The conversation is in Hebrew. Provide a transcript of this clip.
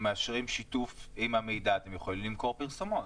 אם הם מאשרים שיתוף עם המידע אתם יכולים למכור פרסומות.